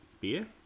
beer